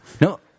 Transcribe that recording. No